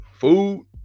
food